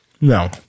No